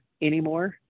anymore